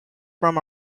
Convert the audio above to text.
from